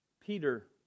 Peter